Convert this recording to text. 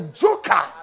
joker